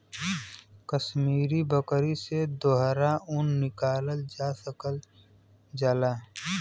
कसमीरी बकरी से दोहरा ऊन निकालल जा सकल जाला